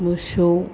मोसौ